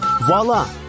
Voila